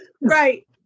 Right